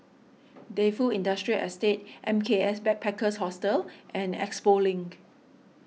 Defu Industrial Estate M K S Backpackers Hostel and Expo Link